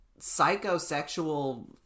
psychosexual